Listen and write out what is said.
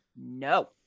No